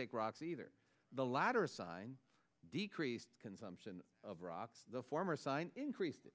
take rocks either the latter assign decreased consumption of rocks the former sign increased